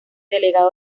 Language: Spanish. delegado